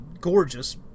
gorgeous